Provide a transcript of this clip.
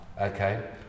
okay